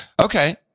Okay